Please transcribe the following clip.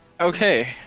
okay